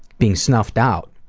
being snuffed out,